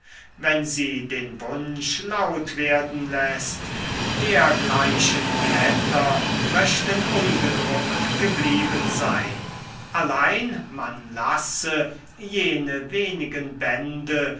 wenn sie den wunsch laut werden läßt dergleichen blätter möchten ungedruckt geblieben sein allein man lasse jene wenigen bände